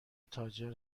تاجر